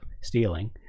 stealing